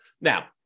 Now